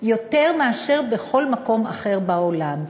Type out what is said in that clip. יותר מכל מקום אחר בעולם,